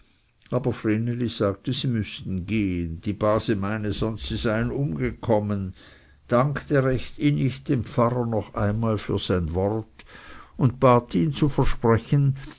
aber vreneli sagte sie müßten gehen die base meine sonst sie seien umgekommen dankte recht innig dem pfarrer noch einmal für sein wort und bar ihn zu versprechen